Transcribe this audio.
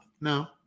No